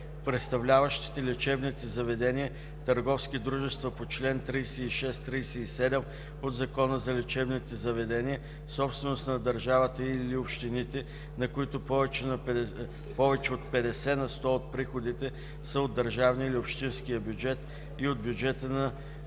представляващите лечебните заведения – търговски дружества по чл. 36-37 от Закона за лечебните заведения, собственост на държавата и/или общините, на които повече от 50 на сто от приходите са от държавния и/или общинския бюджет, и от бюджета на